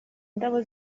indabo